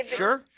sure